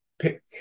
pick